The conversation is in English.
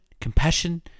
compassion